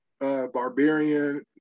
barbarian